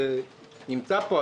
שנמצא פה,